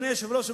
אדוני היושב-ראש,